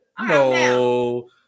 No